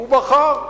הוא בחר.